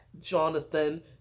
Jonathan